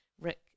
Rick